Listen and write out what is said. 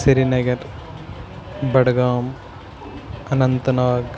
Srinagar Budgam Anant Nag